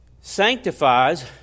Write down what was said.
sanctifies